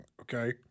okay